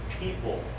people